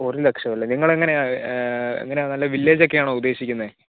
ഒരു ലക്ഷം അല്ലേ നിങ്ങൾ എങ്ങനെയാ എങ്ങനെയാ നല്ല വില്ലേജെക്കെയാണോ ഉദ്ദേശിക്കുന്നത്